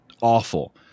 awful